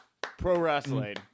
Pro-wrestling